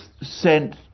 sent